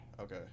Okay